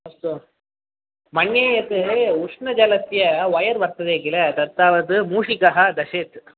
अस्तु मन्ये यत् उष्णजलस्य वैयर् वर्तते किल तत् तावत् मूषिकः दशेत्